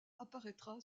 apparaîtra